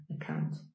account